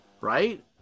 right